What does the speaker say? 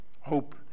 hope